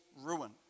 ruin